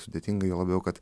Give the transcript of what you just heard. sudėtinga juo labiau kad